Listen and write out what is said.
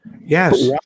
Yes